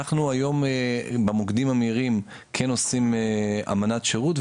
אנחנו היום במוקדים המהירים כן עושים אמנת שירות,